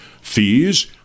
Fees